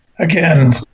Again